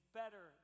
better